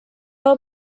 were